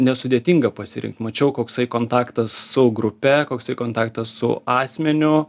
nesudėtinga pasirinkt mačiau koksai kontaktas su grupe koksai kontaktas su asmeniu